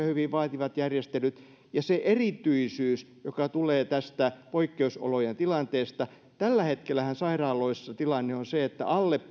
hyvin vaativat järjestelyt ja se erityisyys joka tulee tästä poikkeusolojen tilanteesta tällä hetkellähän sairaaloissa tilanne on se että alle